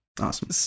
Awesome